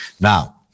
now